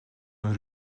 een